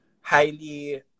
highly